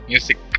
Music